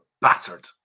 battered